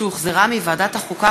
שהוחזרה מוועדת החוקה,